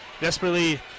Desperately